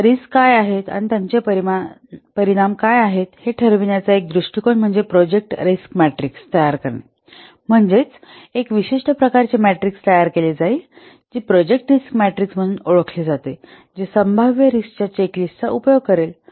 आता रिस्क काय आहेत आणि त्याचे परिणाम काय आहेत हे ठरविण्याचा एक दृष्टीकोन म्हणजे प्रोजेक्ट रिस्क मॅट्रिक्स तयार करणे म्हणजेच एक विशिष्ट प्रकारचे मॅट्रिक्स तयार केले जाईल जे प्रोजेक्ट रिस्क मॅट्रिक्स म्हणून ओळखले जाते जे संभाव्य रिस्कच्या चेकलिस्टचा उपयोग करेल